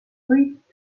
võit